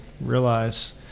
realize